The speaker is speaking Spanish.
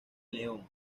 león